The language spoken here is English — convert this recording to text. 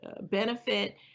benefit